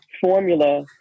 formula